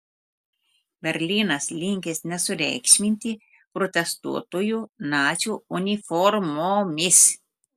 berlynas linkęs nesureikšminti protestuotojų nacių uniformomis